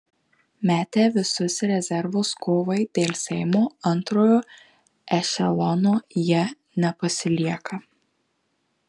metę visus rezervus kovai dėl seimo antrojo ešelono jie nepasilieka